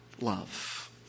love